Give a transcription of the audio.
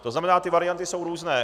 To znamená, ty varianty jsou různé.